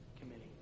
Committee